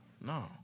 No